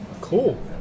Cool